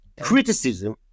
criticism